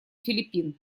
филиппин